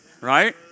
right